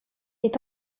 est